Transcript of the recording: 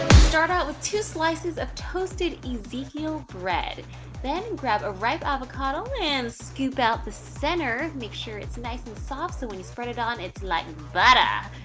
start out with two slices of toasted ezekiel bread then grab a ripe avocado and scoop out the center. make sure it's nice and soft so when you spread it on it's like. but